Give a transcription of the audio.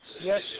yes